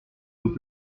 nous